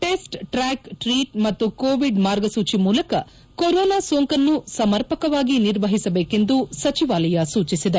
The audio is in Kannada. ಟೆಸ್ಟ್ ಟ್ರ್ಟಾಕ್ ಟ್ರೀಟ್ ಮತ್ತು ಕೋವಿಡ್ ಮಾರ್ಗಸೂಚಿ ಮೂಲಕ ಕೊರೊನಾ ಸೋಂಕನ್ನು ಸಮರ್ಪಕವಾಗಿ ನಿರ್ವಹಿಸಬೇಕೆಂದು ಸಚಿವಾಲಯ ಸೂಚಿಸಿದೆ